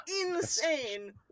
insane